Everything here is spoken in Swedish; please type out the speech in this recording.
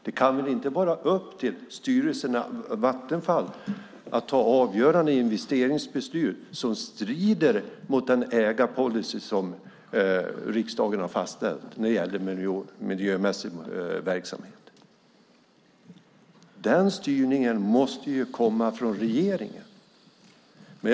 Det kan väl inte vara upp till styrelsen i Vattenfall att fatta avgörande investeringsbeslut som strider mot den ägarpolicy som riksdagen har fastställt när det gäller miljömässig verksamhet. Denna styrning måste komma från regeringen.